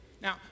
Now